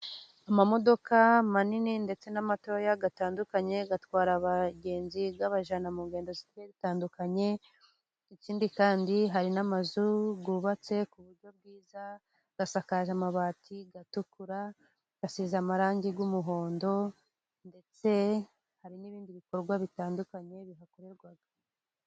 Amamodoka manini ndetse n'amatoya atandukanye, atwara abagenzi abajyana mu ngendo zigiye zitandukanye, ikindi kandi hari n'amazu yubatse ku buryo bwiza asakaje amabati atukura asize amarangi y'umuhondo, ndetse hari n'ibindi bikorwa bitandukanye bihakorerwa.